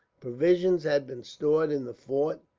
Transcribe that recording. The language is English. provisions had been stored in the fort,